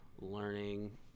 learning